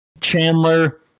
Chandler